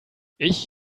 ich